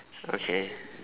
okay